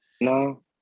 No